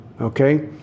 okay